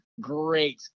great